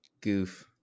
goof